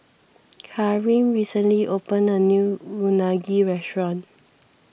Kareem recently opened a new Unagi restaurant